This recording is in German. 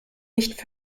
nicht